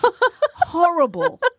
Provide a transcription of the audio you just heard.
horrible